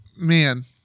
man